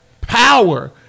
power